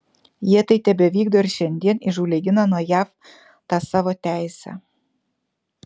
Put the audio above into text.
jie tai tebevykdo ir šiandien įžūliai gina nuo jav tą savo teisę